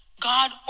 God